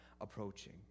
approaching